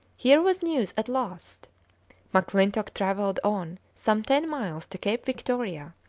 here was news at last m'clintock travelled on some ten miles to cape victoria,